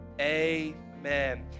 amen